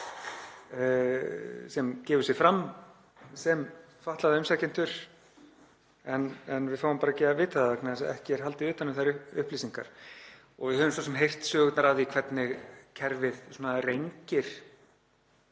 sem gefur sig fram sem fatlaða umsækjendur en við fáum ekki að vita það vegna þess að ekki er haldið utan um þær upplýsingar og við höfum svo sem heyrt sögurnar af því hvernig kerfið rengir